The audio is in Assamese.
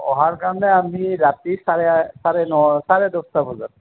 অহাৰ কাৰণে আমি ৰাতি চাৰে চাৰে ন চাৰে দছটা বজাত